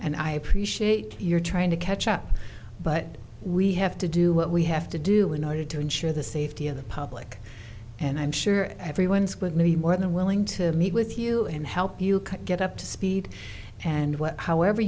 and i appreciate your trying to catch up but we have to do what we have to do in order to ensure the safety of the public and i'm sure everyone's with me more than willing to meet with you and help you get up to speed and what however